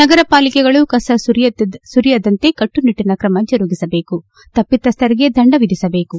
ನಗರ ಪಾಲಿಕೆಗಳು ಕಸ ಸುರಿಯದಂತೆ ಕಟ್ಸುನಿಟ್ಲನ ಕ್ರಮ ಜರುಗಿಸಬೇಕು ತಪಿತಸ್ವರಿಗೆ ದಂಡ ವಿಧಿಸಬೇಕು